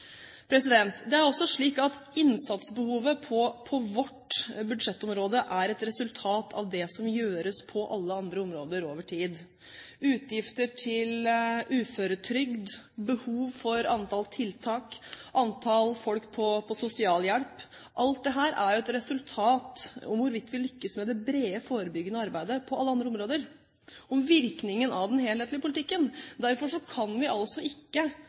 Det er også slik at innsatsbehovet på vårt budsjettområde er et resultat av det som gjøres på alle andre områder over tid. Utgifter til uføretrygd, behov for antall tiltak, antall folk på sosialhjelp – alt dette er jo et resultat av hvorvidt vi lykkes med det brede, forebyggende arbeidet på alle andre områder, dvs. virkningen av den helhetlige politikken. Derfor kan vi ikke